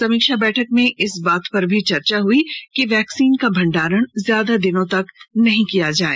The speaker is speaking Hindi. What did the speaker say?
समीक्षा बैठक में इस बात पर भी चर्चा हुई कि वैक्सीन का भंडारण ज्यादा दिनों तक नहीं किया जाए